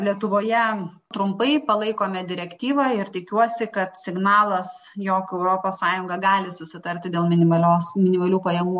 lietuvoje trumpai palaikome direktyvą ir tikiuosi kad signalas jog europos sąjunga gali susitarti dėl minimalios minimalių pajamų